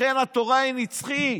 לכן התורה היא נצחית.